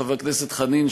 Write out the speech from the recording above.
חבר הכנסת חנין,